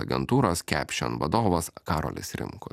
agentūros caption vadovas karolis rimkus